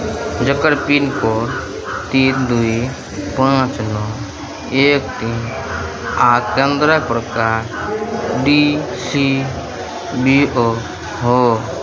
जकर पिनकोड तीन दू पाँच नओ एक तीन आ केन्द्रक प्रकार डी सी बी ओ हो